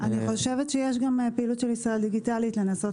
יש גם פעילות של ישראל דיגיטלית לנסות